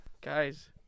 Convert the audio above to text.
Guys